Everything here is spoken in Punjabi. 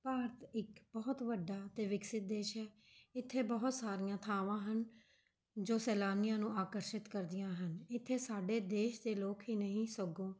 ਭਾਰਤ ਇੱਕ ਬਹੁਤ ਵੱਡਾ ਅਤੇ ਵਿਕਸਿਤ ਦੇਸ਼ ਹੈ ਇੱਥੇ ਬਹੁਤ ਸਾਰੀਆਂ ਥਾਵਾਂ ਹਨ ਜੋ ਸੈਲਾਨੀਆਂ ਨੂੰ ਆਕਰਸ਼ਿਤ ਕਰਦੀਆਂ ਹਨ ਇੱਥੇ ਸਾਡੇ ਦੇਸ਼ ਦੇ ਲੋਕ ਹੀ ਨਹੀਂ ਸਗੋਂ